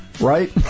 right